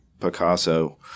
Picasso